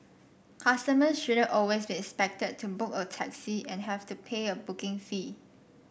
customers shouldn't always be expected to book a taxi and have to pay a booking fee